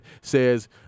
says